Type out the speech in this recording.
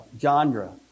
genre